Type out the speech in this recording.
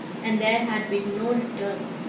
and there had been no return.